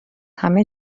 همه